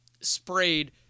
sprayed